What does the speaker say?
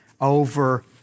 over